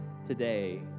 today